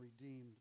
redeemed